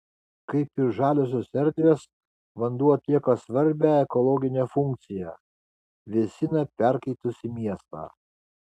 kaip ir žaliosios erdvės vanduo atlieka svarbią ekologinę funkciją vėsina perkaitusį miestą